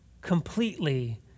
completely